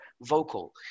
vocal